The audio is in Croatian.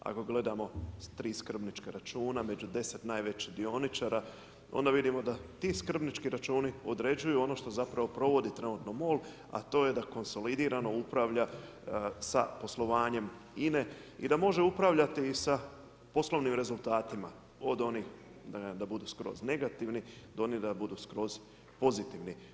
Ako gledamo tri skrbnička računa, među 10 najvećih dioničara, onda vidim da ti skrbnički računi određuju ono što zapravo provodi trenutno MOL a to je da konsolidirano upravlja sa poslovanjem INA-e i da može upravljati i sa poslovnim rezultatima, od onih da budu skroz negativni do onih da budu skroz pozitivni.